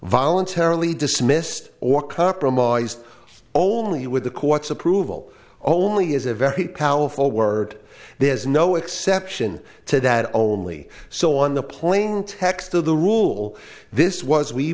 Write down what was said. voluntarily dismissed or compromised only with the court's approval only is a very powerful word there is no exception to that only so on the plain text of the rule this was we